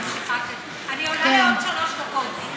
אני עולה לעוד שלוש דקות.